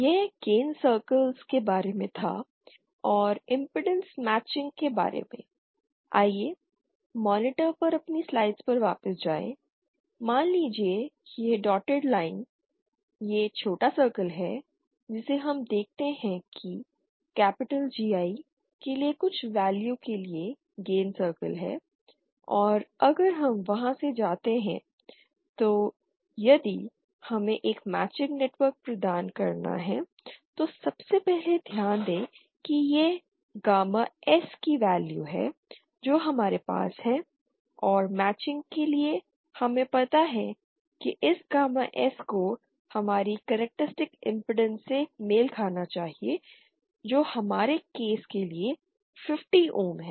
यह gain circles के बारे में था और इम्पीडेन्स मैचिंग के बारे में आइए मॉनिटर पर अपनी स्लाइड्स पर वापस जाएं मान लीजिए यह डॉटेड लाइन यह छोटा सर्कल है जिसे हम देखते हैं कि GI के लिए कुछ वैल्यू के लिए गेन सर्कल है और अगर हम वहां से जाते हैं तो यदि हमें एक मैचिंग नेटवर्क प्रदान करना है तो सबसे पहले ध्यान दें कि यह गामा S की वैल्यू है जो हमारे पास है और मैचिंग के लिए हमें पता है कि इस गामा S को हमारी कैरेक्टरिस्टिक इम्पीडेन्स से मेल खाना चाहिए जो हमारे केस के लिए 50 ओम है